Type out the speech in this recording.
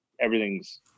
everything's